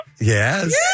Yes